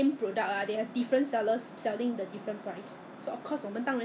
好像是那种 delivery guys 败了很多东西在地上在 sort 来 sort 去